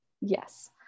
Yes